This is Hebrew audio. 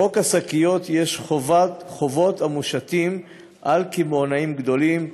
בחוק השקיות יש חובות המושתות על קמעונאים גדולים,